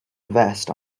vest